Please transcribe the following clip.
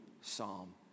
psalm